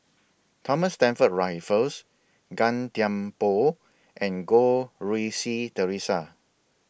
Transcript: Thomas Stamford Raffles Gan Thiam Poh and Goh Rui Si Theresa